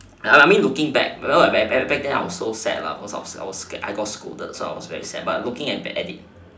I I mean looking back I I back then back then I was so sad because I was scolded so I was so sad but looking back at the